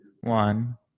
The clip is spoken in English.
One